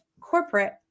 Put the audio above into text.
corporate